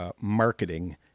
marketing